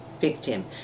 victim